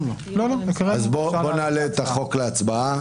נעלה את החוק להצבעה